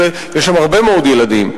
יש שם הרבה מאוד ילדים,